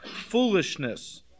foolishness